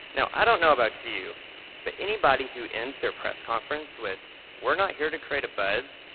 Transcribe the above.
now i don't know about you but anybody who ends their press conference with we're not here to create a buzz,